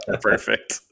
Perfect